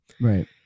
Right